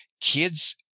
kids